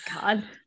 God